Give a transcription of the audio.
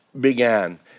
began